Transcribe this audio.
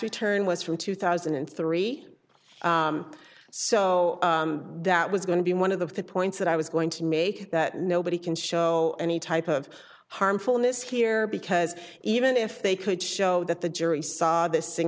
return was from two thousand and three so that was going to be one of the points that i was going to make that nobody can show any type of harmfulness here because even if they could show that the jury saw this